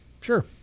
sure